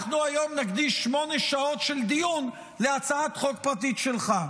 אנחנו היום נקדיש שמונה שעות של דיון להצעת חוק פרטית שלך.